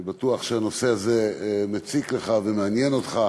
אני בטוח שהנושא הזה מציק לך ומעניין אותך,